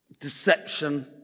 Deception